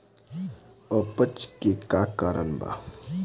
अपच के का कारण बा?